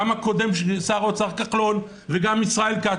גם שר האוצר הקודם כחלון וגם ישראל כץ,